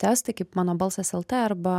testai kaip mano balsas eltė arba